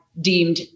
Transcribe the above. deemed